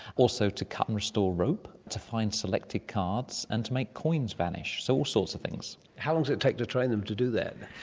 also to cut and restore rope, to find selected cards and to make coins vanish. so all sorts of things. how long does it take to train them to do that?